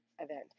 event